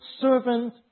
servant